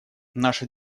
наша